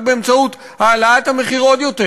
רק באמצעות העלאת המחיר עוד יותר.